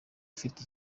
afite